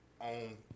on